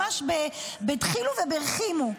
ממש בדחילו ורחימו,